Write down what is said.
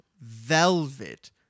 velvet